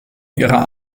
ihrer